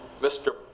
mr